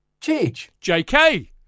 jk